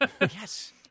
Yes